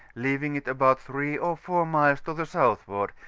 leaving it about three or four miles to the southward,